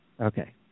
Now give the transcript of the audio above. Okay